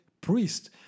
priest